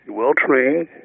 well-trained